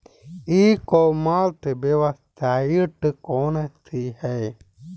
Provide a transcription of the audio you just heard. ई commerce website कौन सी है?